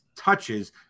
touches